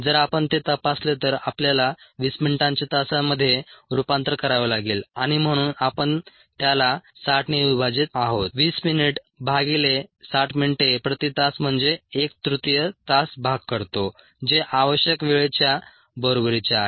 जर आपण ते तपासले तर आपल्याला 20 मिनिटांचे तासांमध्ये रूपांतर करावे लागेल आणि म्हणून आपण त्याला 60 ने विभाजित आहोत 20 मिनिट भागिले 60 मिनिटे प्रति तास म्हणजे 1 तृतीय तास भाग करतो जे आवश्यक वेळेच्या बरोबरीचे आहे